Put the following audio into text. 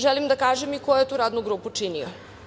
Želim da kažem i ko je tu radnu grupu činio.